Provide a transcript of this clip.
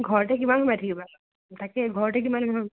ঘৰতে কিমান সোমাই থাকিবা তাকেই ঘৰতে কিমান